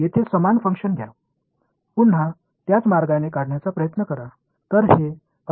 येथे समान फंक्शन घ्या पुन्हा त्याच मार्गाने काढण्याचा प्रयत्न करा